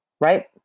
right